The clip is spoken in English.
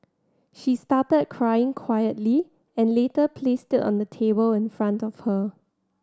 she started crying quietly and later placed it on the table in front of her